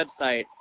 website